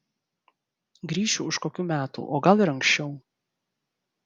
grįšiu už kokių metų o gal ir anksčiau